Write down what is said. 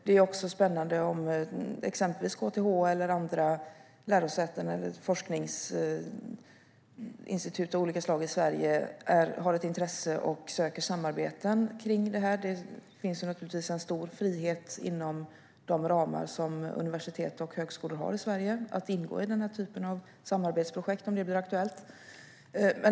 Det är också spännande om exempelvis KTH, andra lärosäten eller forskningsinstitut av olika slag i Sverige har ett intresse och söker samarbeten kring det här. Det finns naturligtvis en stor frihet inom de ramar som universitet och högskolor har i Sverige att ingå i den här typen av samarbetsprojekt om det blir aktuellt.